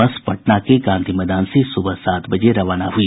बस पटना के गांधी मैदान से सुबह सात बजे रवाना हुई